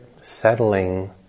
settling